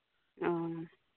ᱚ